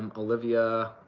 but olivia,